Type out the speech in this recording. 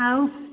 ଆଉ